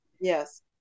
Yes